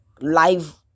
live